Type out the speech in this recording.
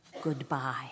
goodbye